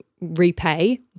repay